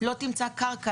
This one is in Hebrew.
לא תמצא קרקע,